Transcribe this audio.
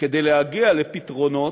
כדי להגיע לפתרונות,